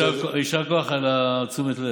ויישר כוח על תשומת הלב.